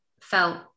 felt